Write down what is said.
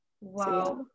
Wow